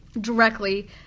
directly